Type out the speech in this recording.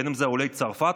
עולי צרפת,